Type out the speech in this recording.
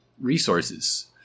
resources